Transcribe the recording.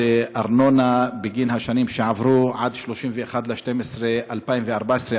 ארנונה בגין השנים שעברו עד 31 בדצמבר 2014,